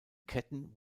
ketten